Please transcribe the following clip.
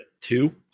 two